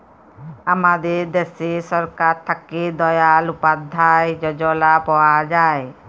আমাদের দ্যাশে সরকার থ্যাকে দয়াল উপাদ্ধায় যজলা পাওয়া যায়